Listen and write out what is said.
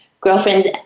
girlfriends